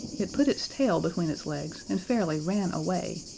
it put its tail between its legs and fairly ran away.